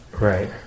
Right